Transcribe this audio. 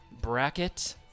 Bracket